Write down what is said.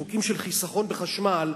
חוקים של חיסכון בחשמל,